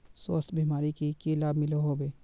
स्वास्थ्य बीमार की की लाभ मिलोहो होबे?